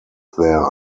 there